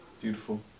beautiful